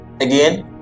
Again